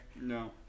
No